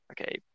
Okay